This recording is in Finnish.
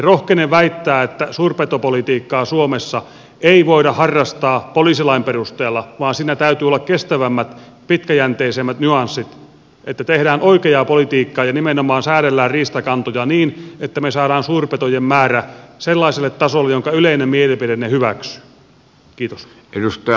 rohkenen väittää että suurpetopolitiikkaa suomessa ei voida harrastaa poliisilain perusteella vaan siinä täytyy olla kestävämmät pitkäjänteisemmät nyanssit niin että tehdään oikeaa politiikkaa ja nimenomaan säädellään riistakantoja niin että me saamme suurpetojen määrän sellaiselle tasolle jonka yleinen mielipide hyväksyy